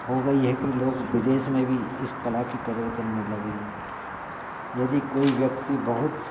हो गई है कि लोग विदेश में भी इस कला की क़दर करने लगे हैं यदि कोई व्यक्ति बहुत